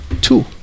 two